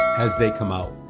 as they come out.